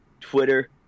Twitter